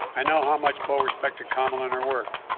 i know how much bo respected kamala and her work.